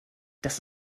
das